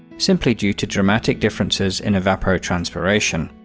simply due to dramatic differences in evapotranspiration.